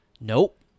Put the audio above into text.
Nope